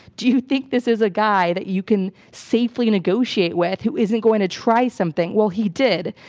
do you think this is a guy that you can safely negotiate with, who isn't going to try something? well he did.